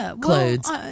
clothes